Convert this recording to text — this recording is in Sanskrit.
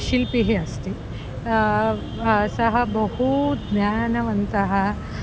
शिल्पिः अस्ति सः बहु ज्ञानवन्तः